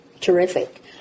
Terrific